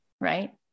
right